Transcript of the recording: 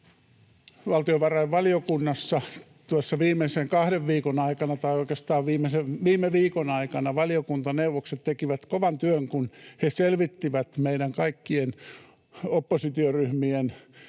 kahden viikon aikana tai oikeastaan viime viikon aikana valiokuntaneuvokset tekivät kovan työn, kun he selvittivät meidän kaikkien oppositioryhmien